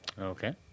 Okay